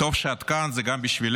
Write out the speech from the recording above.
טוב שאת כאן, זה גם בשבילך,